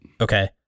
Okay